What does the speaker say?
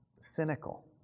cynical